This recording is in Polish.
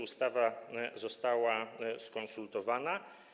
Ustawa została skonsultowana.